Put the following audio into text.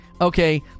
okay